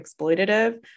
exploitative